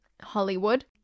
Hollywood